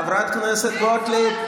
חברת הכנסת גוטליב.